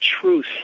truth